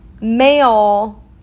male